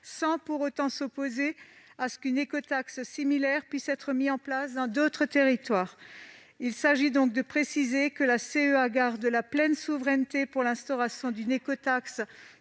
sans pour autant s'opposer à ce qu'une écotaxe similaire puisse être mise en place dans d'autres territoires. Il s'agit donc de préciser que la CEA conserve la pleine souveraineté pour l'instauration d'une écotaxe